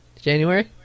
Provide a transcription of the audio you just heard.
January